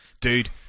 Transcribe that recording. Dude